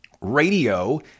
Radio